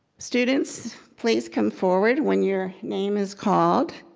students please come forward when your name is called.